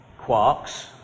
quarks